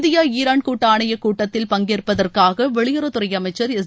India Iran கூட்டு ஆணையக் கூட்டத்தில் பங்கேற்பதற்காக வெளியுறவுத்துறை அமைச்சள் எஸ்